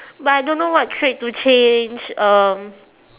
but I don't know what trait to change um